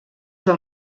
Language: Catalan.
del